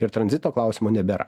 ir tranzito klausimo nebėra